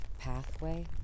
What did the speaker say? pathway